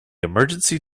emergency